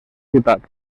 ciutat